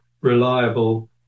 reliable